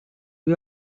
you